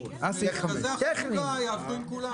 --- ומרכזי החלוקה יעבדו עם כולם.